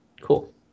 Cool